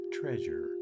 treasure